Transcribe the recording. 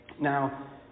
Now